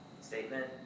statement